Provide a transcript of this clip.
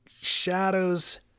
shadows